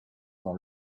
dans